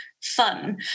fun